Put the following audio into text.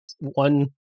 one